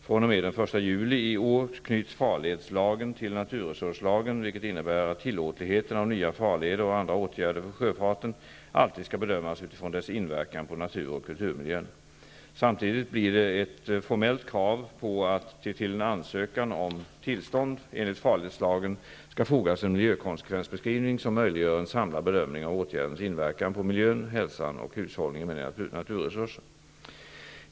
fr.o.m. den 1 juli i år knyts farledslagen till naturresurslagen, vilket innebär att tillåtligheten av nya farleder och andra åtgärder för sjöfarten alltid skall bedömas utifrån dess inverkan på natur och kulturmiljön. Samtidigt blir det ett formellt krav på att det till en ansökan om tillstånd enligt farledslagen skall fogas en miljökonsekvensbeskrivning som möjliggör en samlad bedömning av åtgärdens inverkan på miljön, hälsan och hushållningen med naturresurser.